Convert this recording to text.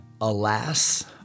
Alas